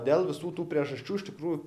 dėl visų tų priežasčių iš tikrųjų